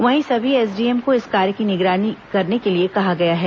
वहीं सभी एसडीएम को इस कार्य की निगरानी करने के लिए कहा गया है